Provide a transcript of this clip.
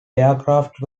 aircraft